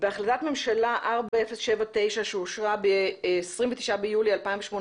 בהחלטת ממשלה 4079 שאושרה ב-29 ביולי 2018,